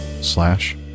slash